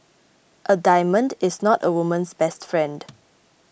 a diamond is not a woman's best friend